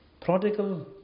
Prodigal